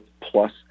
plus